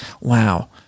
wow